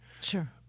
Sure